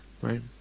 Right